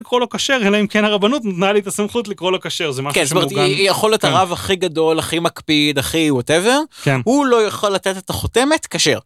כל הכשר אלא אם כן הרבנות נותנה לי את הסמכות לקרוא לו כשר זה מה שיכול את הרב הכי גדול הכי מקפיד הכי וואטאבר לא יכול לתת את החותמת כשר.